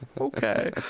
Okay